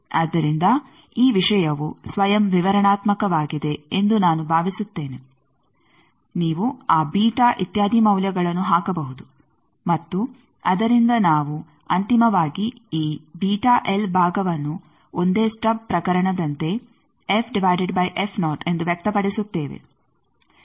ಆದ್ದರಿಂದ ಈ ವಿಷಯವು ಸ್ವಯಂ ವಿವರಣಾತ್ಮಕವಾಗಿದೆ ಎಂದು ನಾನು ಭಾವಿಸುತ್ತೇನೆ ನೀವು ಆ ಇತ್ಯಾದಿ ಮೌಲ್ಯಗಳನ್ನು ಹಾಕಬಹುದು ಮತ್ತು ಅದರಿಂದ ನಾವು ಅಂತಿಮವಾಗಿ ಈ ಭಾಗವನ್ನು ಒಂದೇ ಸ್ಟಬ್ ಪ್ರಕರಣದಂತೆ ಎಂದು ವ್ಯಕ್ತಪಡಿಸುತ್ತೇವೆ